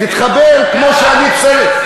תתחבר, זה לא נכון.